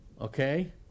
okay